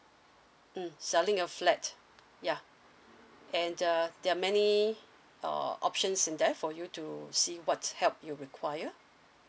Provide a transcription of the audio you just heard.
mm selling a flat ya and uh there are many uh options in there for you to see what help you require